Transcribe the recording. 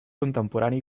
contemporani